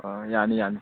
ꯑꯣ ꯌꯥꯅꯤ ꯌꯥꯅꯤ